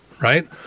right